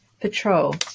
patrol